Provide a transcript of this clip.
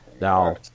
Now